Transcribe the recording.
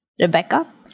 Rebecca